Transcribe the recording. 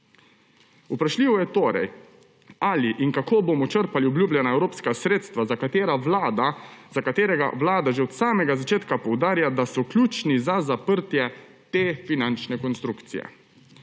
Vprašljivo je torej, ali in kako bomo črpali obljubljena evropska sredstva, za katera Vlada že od samega začetka poudarja, da so ključna za zaprtje te finančne konstrukcije.